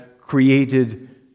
created